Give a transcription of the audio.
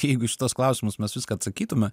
jeigu į šituos klausimus mes viską atsakytume